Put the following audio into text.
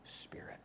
Spirit